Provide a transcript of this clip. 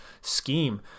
scheme